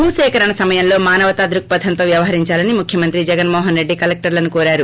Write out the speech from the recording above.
భూసేకరణ సమయంలో మానవతా దృక్పథంతో వ్యవహరిందాలని ముఖ్యమంత్రి జగన్మోహన్రెడ్డి కలెక్టర్లను కోరారు